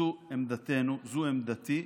זו עמדתנו, זו עמדתי,